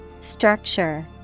Structure